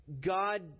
God